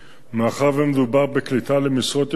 מאחר שמדובר בקליטה למשרות ייחודיות,